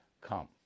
come